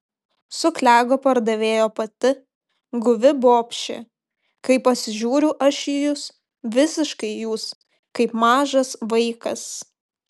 suklego pardavėjo pati guvi bobšė kai pasižiūriu aš į jus visiškai jūs kaip mažas vaikas